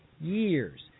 years